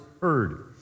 heard